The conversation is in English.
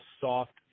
soft